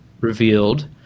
revealed